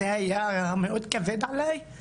היה בהפגנה נגד האלימות ביום שישי.